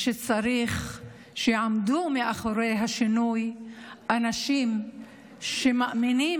ושצריך שיעמדו מאחורי השינוי אנשים שמאמינים